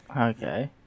Okay